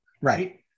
right